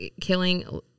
killing